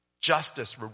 Justice